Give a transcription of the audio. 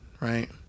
right